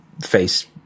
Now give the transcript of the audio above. face